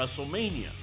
Wrestlemania